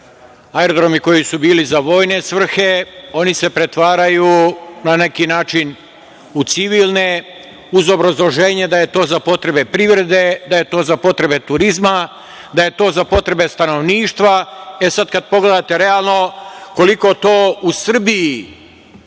kiše. Aerodromi koji su bili za vojne svrhe oni se pretvaraju, na neki način, u civilne uz obrazloženje da je to za potrebe privrede, da je to za potrebe turizma, da je to za potrebe stanovništva. Sada kada pogledate realno koliko to u Srbiji